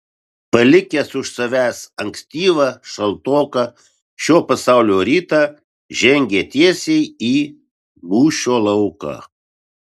palikęs už savęs ankstyvą šaltoką šio pasaulio rytą žengė tiesiai į mūšio lauką